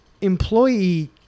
employee